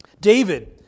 David